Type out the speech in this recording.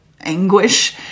anguish